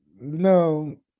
No